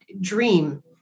dream